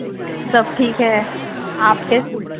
سب ٹھیک ہیں آپ سے بھی